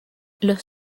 los